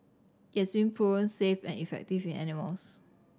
it's in proven safe and effective in animals